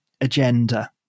agenda